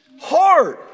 hard